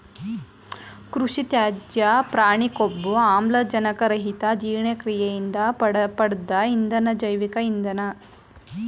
ಕೃಷಿತ್ಯಾಜ್ಯ ಪ್ರಾಣಿಕೊಬ್ಬು ಆಮ್ಲಜನಕರಹಿತಜೀರ್ಣಕ್ರಿಯೆಯಿಂದ ಪಡ್ದ ಇಂಧನ ಜೈವಿಕ ಇಂಧನ